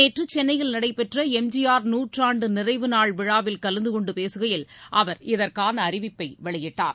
நேற்றுசென்னையில் நடைபெற்றளம் G R நூற்றாண்டுநிறைவு நாள் விழாவில் கலந்துகொண்டுபேசுகையில் அவர் இதற்கானஅறிவிப்பைவெளியிட்டார்